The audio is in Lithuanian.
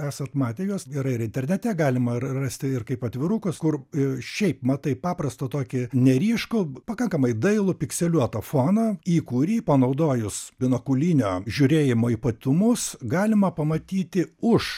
esat matę juos yra ir internete galima rasti ir kaip atvirukas kur ir šiaip matai paprastą tokį neryškų pakankamai dailų pikseliuotą foną į kurį panaudojus binokulinio žiūrėjimo ypatumus galima pamatyti už